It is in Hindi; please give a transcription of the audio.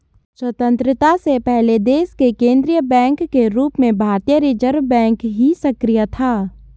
स्वतन्त्रता से पहले देश के केन्द्रीय बैंक के रूप में भारतीय रिज़र्व बैंक ही सक्रिय था